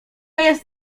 jest